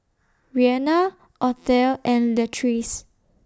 Rianna Othel and Latrice